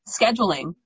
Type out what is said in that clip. scheduling